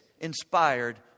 inspired